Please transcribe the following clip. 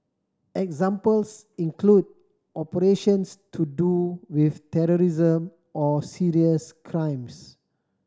examples include operations to do with terrorism or serious crimes